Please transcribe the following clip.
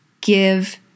give